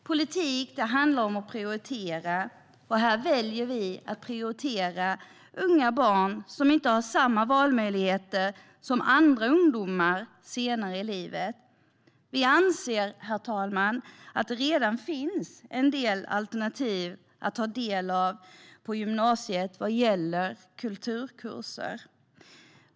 Politik handlar om att prioritera, och här väljer vi att prioritera unga barn som inte har samma valmöjligheter som andra ungdomar har senare i livet. Vi anser, herr talman, att det redan finns en hel del alternativ att ta del av på gymnasiet vad gäller kulturkurser.